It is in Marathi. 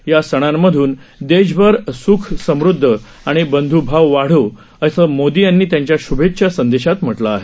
या सणांमधून देशभर सुख समृदधी आणि बंध्भाव वाढो असं मोदी यांनी त्यांच्या श्भेच्छा संदेशात म्हटलं आहे